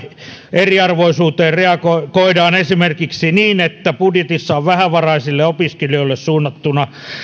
eriarvoisuuteen reagoidaan esimerkiksi niin että budjetissa on vähävaraisille opiskelijoille suunnattu